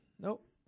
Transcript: Nope